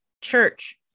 church